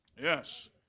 Yes